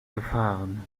gefahren